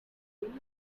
gained